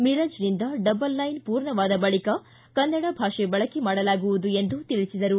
ಮೀರಜ್ನಿಂದ double line ಪೂರ್ಣವಾದ ಬಳಿಕ ಕನ್ನಡ ಭಾಷೆ ಬಳಕೆ ಮಾಡಲಾಗುವುದು ಎಂದು ತಿಳಿಸಿದರು